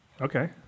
Okay